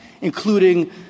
including